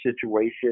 situation